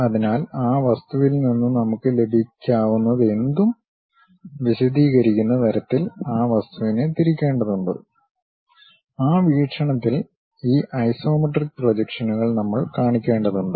അതിനാൽ ആ വസ്തുവിൽ നിന്ന് നമുക്ക് ലഭിക്കാവുന്നതെന്തും വിശദീകരിക്കുന്ന തരത്തിൽ ആ വസ്തുവിനെ തിരിക്കേണ്ടതുണ്ട് ആ വീക്ഷണത്തിൽ ഈ ഐസോമെട്രിക് പ്രൊജക്ഷനുകൾ നമ്മൾ കാണിക്കേണ്ടതുണ്ട്